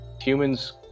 humans